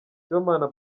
sibomana